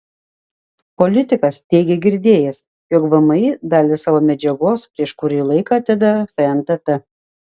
politikas teigė girdėjęs jog vmi dalį savo medžiagos prieš kurį laiką atidavė fntt